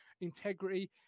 integrity